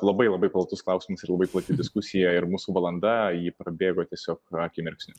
labai labai platus klausimas ir labai plati diskusija ir mūsų valanda ji prabėgo tiesiog akimirksniu